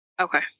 Okay